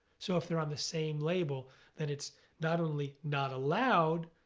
so if they're on the same label then it's not only not allowed,